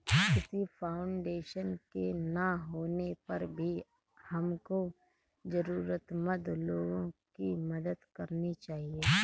किसी फाउंडेशन के ना होने पर भी हमको जरूरतमंद लोगो की मदद करनी चाहिए